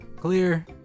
Clear